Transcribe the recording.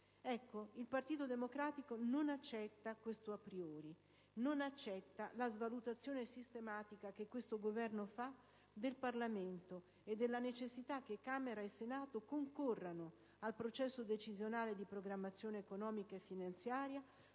Il Partito Democratico non accetta questo *a priori*; non accetta la svalutazione sistematica che questo Governo fa del Parlamento e della necessità che Camera e Senato concorrano al processo decisionale di programmazione economica e finanziaria